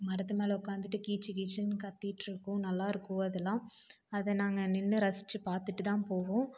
மரத்து மேலே உக்காந்துகிட்டு கீச்சு கீச்சுனு கத்திகிட்டு இருக்கும் நல்லா இருக்கும் அதெல்லாம் அதை நாங்கள் நின்று ரசித்து பார்த்துட்டு தான் போவோம்